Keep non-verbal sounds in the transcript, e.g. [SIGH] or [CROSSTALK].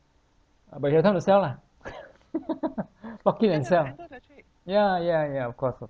uh but you have time to sell ah [LAUGHS] lock it and sell ya ya ya of course of course